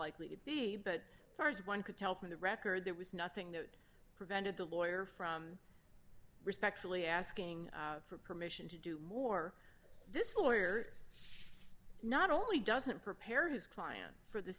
likely to be but far as one could tell from the record there was nothing that prevented the lawyer from respectfully asking for permission to do more this lawyer not only doesn't prepare his client for the